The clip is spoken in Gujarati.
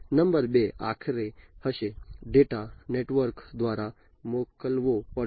નંબર 2 આખરે હશે ડેટા નેટવર્ક દ્વારા મોકલવો પડશે